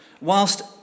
whilst